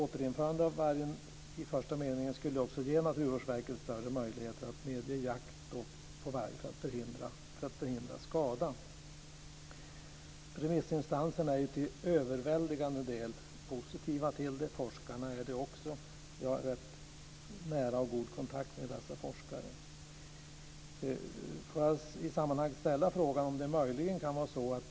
Ett återinförande av ordet varg i första meningen skulle ge Naturvårdsverket större möjligheter att medge jakt på varg för att förhindra skada. Remissinstanserna är till överväldigande del positiva till förslaget. Forskarna är det också. Jag har nära och god kontakt med dessa forskare.